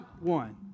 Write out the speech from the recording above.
one